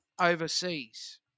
overseas